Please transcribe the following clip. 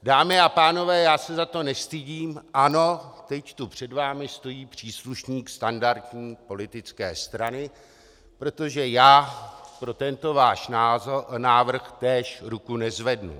Dámy a pánové, já se za to nestydím, ano, teď tu před vámi stojí příslušník standardní politické strany, protože já pro tento váš návrh též ruku nezvednu.